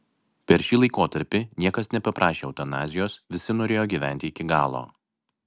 per šį laikotarpį niekas nepaprašė eutanazijos visi norėjo gyventi iki galo